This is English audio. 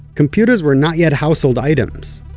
computers were not yet household items,